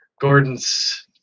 Gordon's